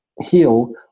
heal